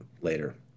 later